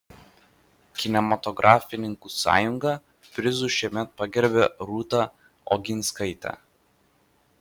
kinematografininkų sąjunga prizu šiemet pagerbė rūta oginskaitę